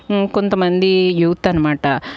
కొంత మంది యూత్ అనమాట